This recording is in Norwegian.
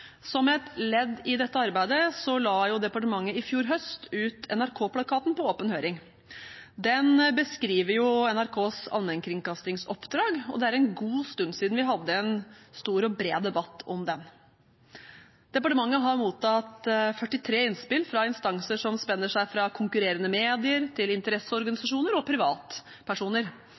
Som et ledd i dette arbeidet la departementet i fjor høst ut NRK-plakaten på åpen høring. Den beskriver NRKs allmennkringkastingsoppdrag, og det er en god stund siden vi hadde en stor og bred debatt om den. Departementet har mottatt 43 innspill fra instanser som spenner fra konkurrerende medier og interesseorganisasjoner